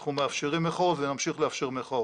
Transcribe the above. אנחנו מאפשרים מחאות ונמשיך לאפשר מחאות.